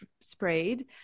sprayed